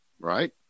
right